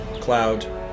Cloud